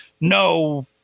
no